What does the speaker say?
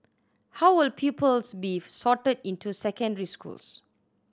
how will pupils be sorted into secondary schools